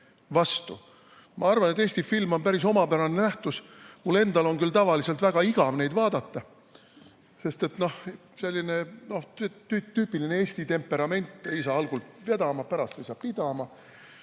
Ma arvan, et Eesti film on päris omapärane nähtus. Mul endal on küll tavaliselt väga igav neid vaadata. Selline tüüpiline Eesti temperament, ei saa algul vedama, pärast ei saa pidama,